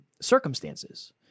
circumstances